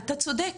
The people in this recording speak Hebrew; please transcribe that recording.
אתה צודק.